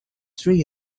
tree